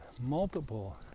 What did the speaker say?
multiple